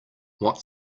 what